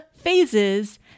phases